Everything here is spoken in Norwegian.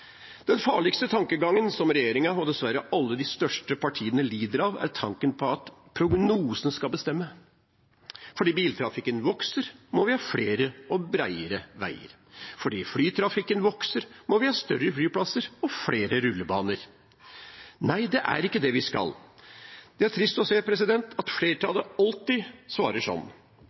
Den farligste tankegangen som regjeringen – og dessverre alle de største partiene – lider av, er tanken på at prognosene skal bestemme. Fordi biltrafikken vokser, må vi ha flere og bredere veier. Fordi flytrafikken vokser, må vi ha større flyplasser og flere rullebaner. Nei, det er ikke det vi skal. Det er trist å se at flertallet alltid svarer sånn.